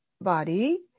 body